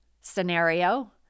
scenario